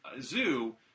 Zoo